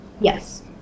Yes